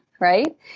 right